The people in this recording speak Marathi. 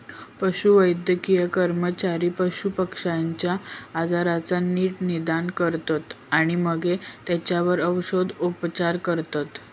पशुवैद्यकीय कर्मचारी पशुपक्ष्यांच्या आजाराचा नीट निदान करतत आणि मगे तेंच्यावर औषदउपाय करतत